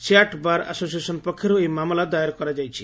SAT bar association ପକ୍ଷର୍ ଏହି ମାମଲା ଦାଏର କରାଯାଇଛି